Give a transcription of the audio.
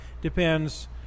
Depends